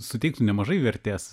suteiktų nemažai vertės